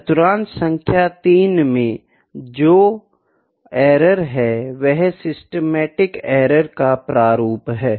चतुर्थांश सांख्य 3 में जो एरर है वह सिस्टेमेटिक एरर का प्रारूप है